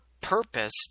purpose